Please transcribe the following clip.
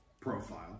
profile